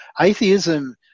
atheism